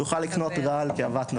יוכל לקנות רעל כאוות נפשו.